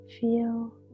feel